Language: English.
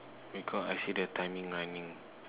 we got I see the timing I know